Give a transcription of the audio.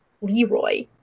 Leroy